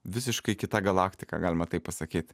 visiškai kita galaktika galima taip pasakyt